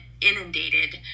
inundated